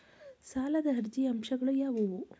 ಸಾಲದ ಅರ್ಜಿಯ ಅಂಶಗಳು ಯಾವುವು?